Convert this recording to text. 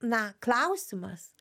na klausimas